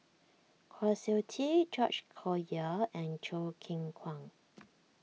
Kwa Siew Tee George Collyer and Choo Keng Kwang